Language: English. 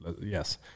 Yes